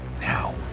Now